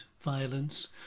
violence